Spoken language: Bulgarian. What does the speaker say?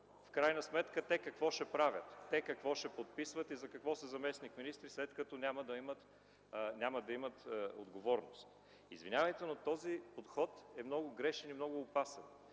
в крайна сметка те какво ще правят, те какво ще подписват и за какво са заместник-министри, след като няма да имат отговорност. Извинявайте, но този подход е много грешен и много опасен.